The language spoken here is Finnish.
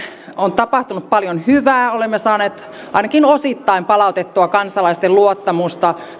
on tapahtunut paljon hyvää olemme saaneet ainakin osittain palautettua kansalaisten luottamusta